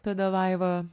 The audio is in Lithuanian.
tada vaiva